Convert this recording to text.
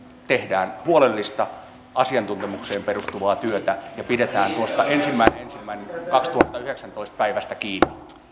tehdään huolellista asiantuntemukseen perustuvaa työtä ja pidetään tuosta päivästä ensimmäinen ensimmäistä kaksituhattayhdeksäntoista kiinni